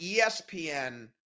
ESPN